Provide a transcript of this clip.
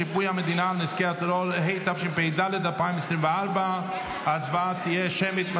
שיפוי המדינה על נזקי טרור) התשפ"ד 2024. ההצבעה תהיה שמית.